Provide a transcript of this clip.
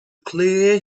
clear